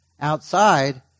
outside